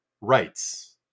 rights